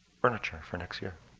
furniture for next year.